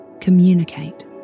Communicate